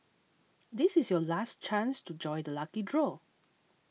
this is your last chance to join the lucky draw